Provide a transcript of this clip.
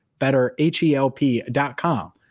BetterHelp.com